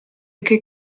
che